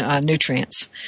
nutrients